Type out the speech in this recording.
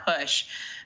push